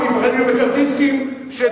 אני